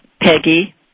Peggy